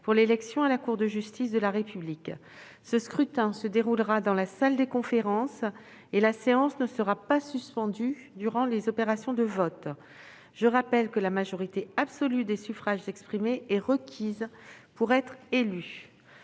suppléant à la Cour de justice de la République. Ce scrutin se déroulera dans la salle des conférences ; la séance ne sera pas suspendue durant les opérations de vote. Je rappelle que la majorité absolue des suffrages exprimés est requise pour être élu.